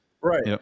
Right